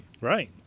Right